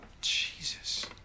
Jesus